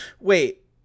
Wait